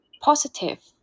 positive